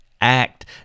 act